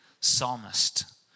psalmist